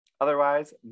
Otherwise